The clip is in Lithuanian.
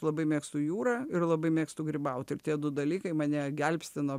labai mėgstu jūrą ir labai mėgstu grybauti ir tie du dalykai mane gelbsti nuo